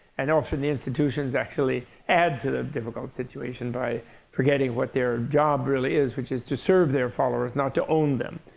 and often, the institutions actually add to the difficult situation by forgetting what their job really is, which is to serve their followers not to own them.